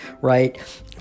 right